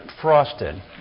frosted